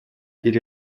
или